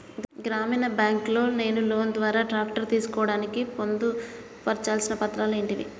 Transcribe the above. గ్రామీణ బ్యాంక్ లో నేను లోన్ ద్వారా ట్రాక్టర్ తీసుకోవడానికి పొందు పర్చాల్సిన పత్రాలు ఏంటివి?